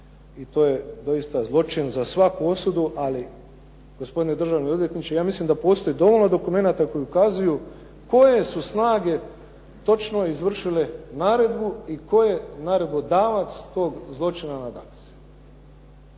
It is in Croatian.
i to je doista zločin za svaku osudu, ali gospodine državni odvjetniče ja mislim da postoji dovoljno dokumenata koji ukazuju koje su snage točno izvršile naredbu i tko je naredbodavac tog zločina na Daksi.